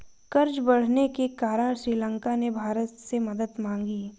कर्ज बढ़ने के कारण श्रीलंका ने भारत से मदद मांगी